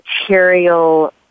material